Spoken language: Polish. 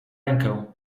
rękę